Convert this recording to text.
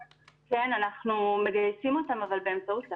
כן, אנחנו מגייסים אותם, אבל באמצעות לפ"מ.